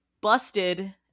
busted